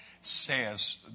says